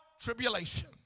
tribulation